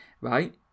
right